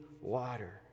water